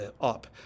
up